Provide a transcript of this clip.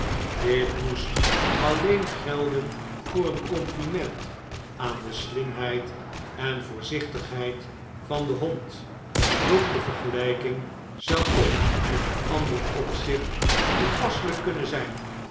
dit moest alleen gelden voor een compliment aan de slimheid en voorzichtigheid van den hond doch de vergelijking zou ook in een ander opzicht toepasselijk kunnen zijn